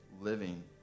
living